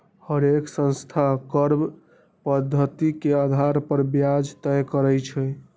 हरेक संस्था कर्व पधति के अधार पर ब्याज तए करई छई